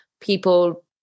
people